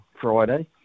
Friday